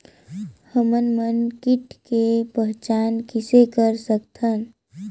हमन मन कीट के पहचान किसे कर सकथन?